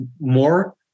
more